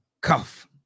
Cuff